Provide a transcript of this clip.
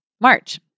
March